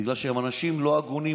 בגלל שהם אנשים לא הגונים,